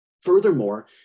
Furthermore